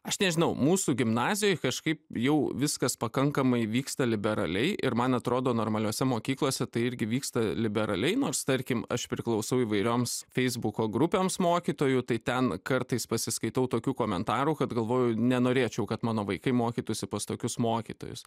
aš nežinau mūsų gimnazijoje kažkaip jau viskas pakankamai vyksta liberaliai ir man atrodo normaliose mokyklose tai irgi vyksta liberaliai nors tarkim aš priklausau įvairioms feisbuko grupėms mokytojų tai ten kartais pasiskaitau tokių komentarų kad galvoju nenorėčiau kad mano vaikai mokytųsi pas tokius mokytojus